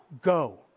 go